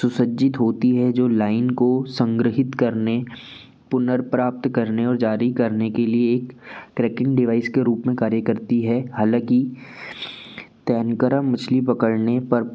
सुसज्जित होती है जो लाइन को संग्रहित करने पुनर्प्राप्त करने और जारी करने के लिए एक ट्रेकिंग डिवाइस के रूप में कार्य करती है हालांकि तैनकरा मछली पकड़ने पर